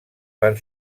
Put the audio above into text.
van